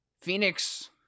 Phoenix